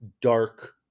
dark